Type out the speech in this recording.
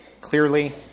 clearly